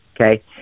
Okay